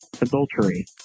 adultery